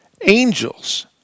angels